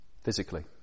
physically